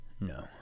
No